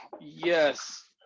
yes